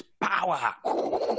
power